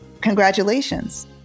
congratulations